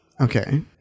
Okay